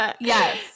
Yes